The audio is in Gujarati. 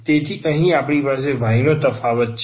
તેથી અહીં આપણી પાસે y નો તફાવત છે